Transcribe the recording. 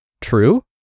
True